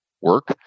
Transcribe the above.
work